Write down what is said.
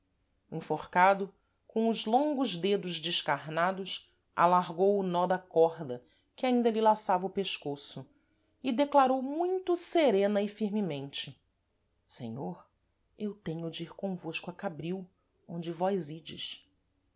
enforcado com os longos dedos descarnados alargou o nó da corda que ainda lhe laçava o pescoço e declarou muito serena e firmemente senhor eu tenho de ir convosco a cabril onde vós ides